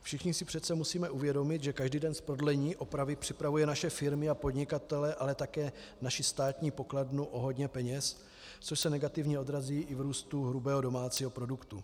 Všichni si přece musíme uvědomit, že každý den z prodlení opravy připravuje naše firmy a podnikatele, ale také naši státní pokladnu o hodně peněz, což se negativně odrazí i v růstu hrubého domácího produktu.